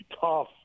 tough